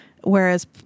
Whereas